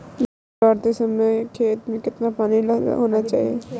धान गाड़ते समय खेत में कितना पानी होना चाहिए?